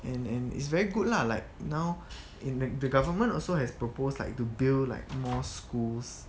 and and it's very good lah like now in the government also has proposed like the build like more schools